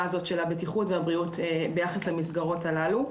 הזאת של הבטיחות והבריאות ביחס למסגרות הללו.